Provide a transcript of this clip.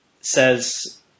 says